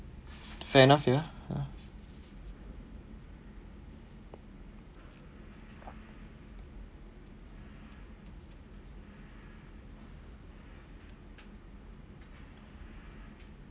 fan off ya !huh!